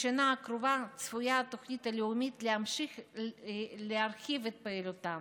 בשנה הקרובה צפויה התוכנית הלאומית להמשיך להרחיב את פעילותה,